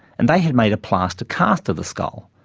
and they had made a plaster cast of the skull.